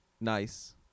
nice